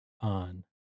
on